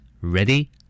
Ready